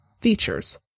features